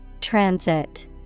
Transit